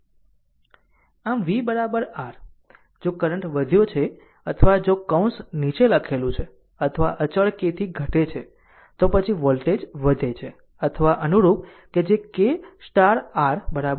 આમ v R જો current વધ્યો છે અથવા જો કૌંસ નીચે લખેલું છે અથવા અચળ k થી ઘટે છે તો પછી વોલ્ટેજ વધે છે અથવા અનુરૂપ કે જે k R kv છે